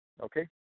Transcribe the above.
Okay